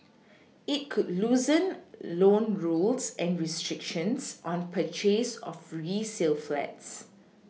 it could loosen loan rules and restrictions on purchase of resale flats